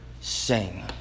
sing